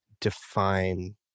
define